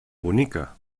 bonica